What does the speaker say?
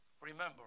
remember